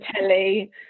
telly